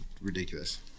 ridiculous